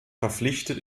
verpflichtet